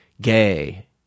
gay